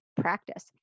practice